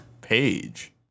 page